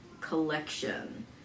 collection